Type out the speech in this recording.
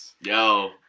yo